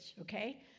okay